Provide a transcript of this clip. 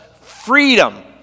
freedom